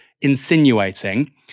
insinuating